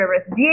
Service